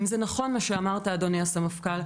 אדוני הסמפכ"ל,